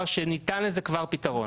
שניתן לזה כבר פתרון.